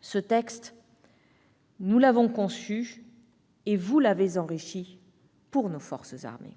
Ce texte, nous l'avons conçu et vous l'avez enrichi pour nos forces armées.